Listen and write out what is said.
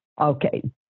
okay